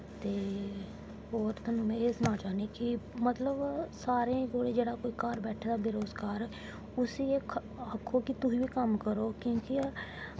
ते होर में तोआनूं एह् सनान्ना चाह्न्नी आं कि मतलब सारें कोल जेह्ड़े कोई घर बैठे दा बेरुजगार उस्सी बी आक्खो कि तुस बी कम्म करो क्योंकि